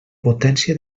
potència